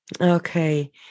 Okay